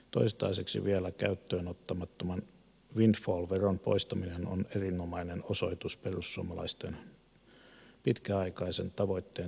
toistaiseksi vielä käyttöön ottamattoman windfall veron poistaminen on erinomainen osoitus perussuomalaisten pitkäaikaisen tavoitteen toteutumisesta